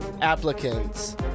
applicants